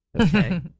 Okay